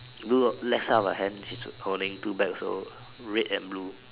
blue left side of her hand she's holding two bags also red and blue